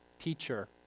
teacher